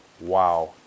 Wow